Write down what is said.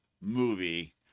movie